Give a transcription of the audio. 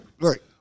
Right